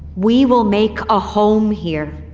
we will make a home here.